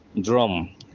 drum